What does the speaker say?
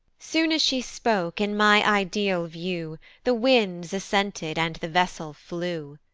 soon as she spoke in my ideal view the winds assented, and the vessel flew.